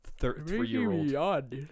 three-year-old